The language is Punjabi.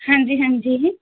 ਹਾਂਜੀ ਹਾਂਜੀ ਜੀ